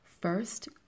first